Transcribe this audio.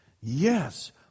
Yes